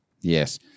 Yes